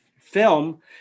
film